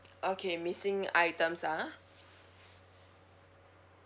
okay missing items ah